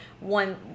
one